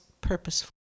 purposeful